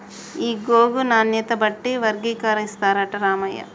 ఈ గోగును నాణ్యత బట్టి వర్గీకరిస్తారట రామయ్య